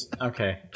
Okay